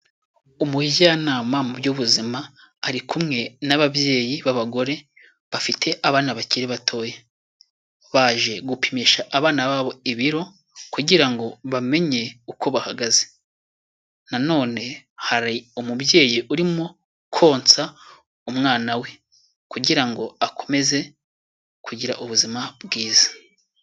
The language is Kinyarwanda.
Umujyanama mu by'ubuzima ari kumwe n'ababyeyi b'abagore bafite abana bakiri batoya, baje gupimisha abana babo ibiro kugira ngo bamenye uko bahagaze, nanone hari umubyeyi urimo konsa umwana we kugira ngo akomeze kugira ubuzima bwiza.